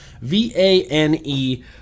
V-A-N-E